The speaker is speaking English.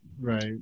right